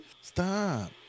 Stop